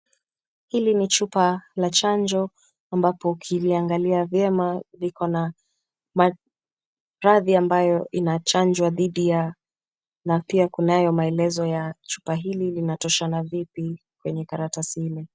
Hili ni chupa la chanjo ambapo ukiliangalia vyema likona maradhi ambayo inachanjwa dhidi ya na pia kunayo maelezo ya chupa hili linagoshana vipi kwenye karatasi ile.